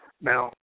Now